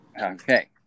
Okay